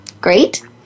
Great